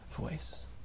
voice